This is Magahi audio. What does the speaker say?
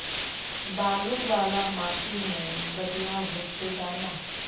बालू वाला माटी में बढ़िया होते दाना?